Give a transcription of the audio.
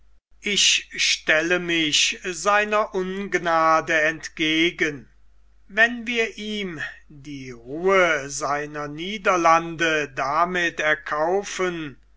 ich stelle mich seiner ungnade entgegen wenn wir ihm die ruhe seiner niederlande damit erkaufen